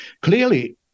Clearly